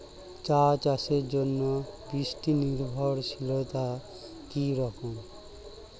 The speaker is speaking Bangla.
চা চাষের জন্য বৃষ্টি নির্ভরশীলতা কী রকম?